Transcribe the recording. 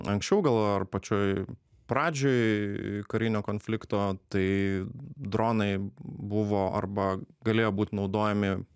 anksčiau gal ar pačioj pradžioj karinio konflikto tai dronai buvo arba galėjo būt naudojami